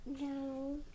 No